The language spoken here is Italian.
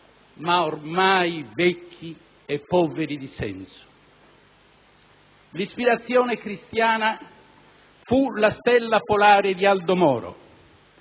ma ormai vecchi e poveri di senso. L'ispirazione cristiana fu la stella polare di Aldo Moro